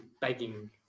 begging